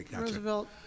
Roosevelt